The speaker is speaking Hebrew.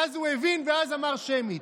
ואז הוא הבין ואמר שמית,